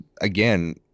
Again